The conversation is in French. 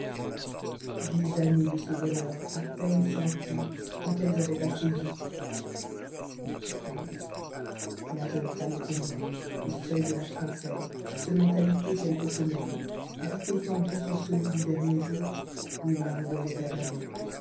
dix années de ce bonheur à peine senties tant elles avaient passé vite puis la jeune femme était morte au seuil de la trentaine seulement alitée quelques semaines vite étendue sur ce lit du dernier jour où il la revoyait à jamais